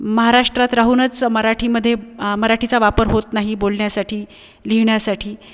महाराष्ट्रात राहूनच मराठीमध्ये मराठीचा वापर होत नाही बोलण्यासाठी लिहिण्यासाठी